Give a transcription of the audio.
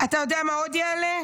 אתה יודע מה עוד יעלה?